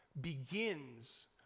begins